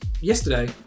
yesterday